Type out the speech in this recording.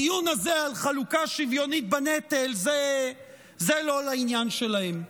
הדיון הזה על חלוקה שוויונית בנטל זה לא לעניין שלהם.